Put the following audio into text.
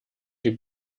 wie